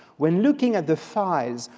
when looking at the files,